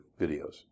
videos